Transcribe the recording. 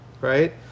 right